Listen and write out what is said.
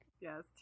Yes